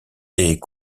est